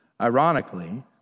ironically